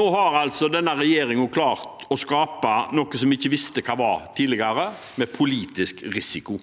nå har altså denne regjeringen klart å skape noe som vi ikke visste hva var tidligere, med politisk risiko.